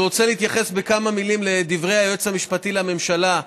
אני רוצה להתייחס בכמה מילים לדברי היועץ המשפטי לממשלה.